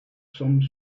some